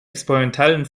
experimentellen